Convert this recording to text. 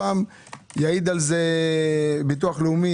יעיד על זה ציון מביטוח לאומי